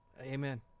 Amen